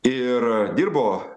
ir dirbo